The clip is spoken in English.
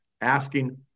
asking